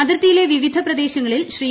അതിർത്തിയിലെ വിവിധ പ്രദേശങ്ങളിൽ ശ്രീ